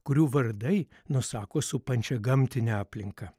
kurių vardai nusako supančią gamtinę aplinką